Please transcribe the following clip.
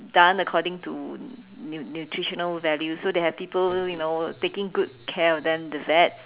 done according to nu~ nutritional value so they have people you know taking good care of them the vets